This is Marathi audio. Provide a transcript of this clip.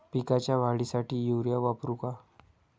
पिकाच्या वाढीसाठी युरिया वापरू का?